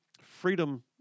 Freedom